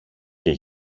και